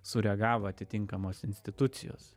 sureagavo atitinkamos institucijos